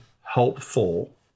helpful